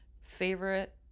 favorite